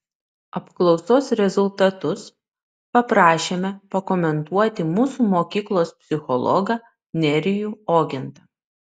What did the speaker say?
apklausos rezultatus paprašėme pakomentuoti mūsų mokyklos psichologą nerijų ogintą